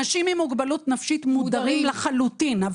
אנשים עם מוגבלות נפשית מודרים לחלוטין מהחוק.